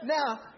Now